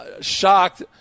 shocked